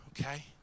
okay